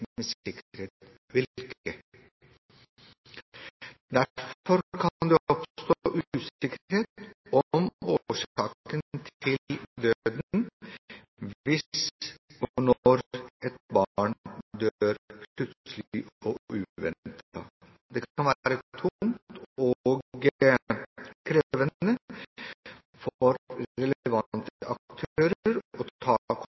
oppstå usikkerhet om årsaken til døden hvis og når et barn dør plutselig og uventet. Det kan være tungt og krevende for